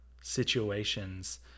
situations